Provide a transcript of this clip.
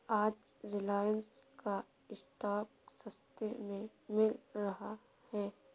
आज रिलायंस का स्टॉक सस्ते में मिल रहा है